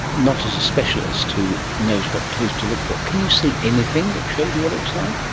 not as a specialist who knows what clues to look for, can you see anything that shows you what it was like?